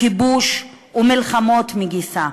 כיבוש ומלחמות, מאידך גיסא,